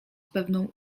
pewną